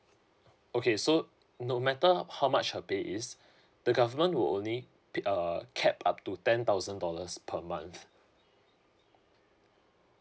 okay so no matter how much her pay is the government will only p~ uh cap up to ten thousand dollars per month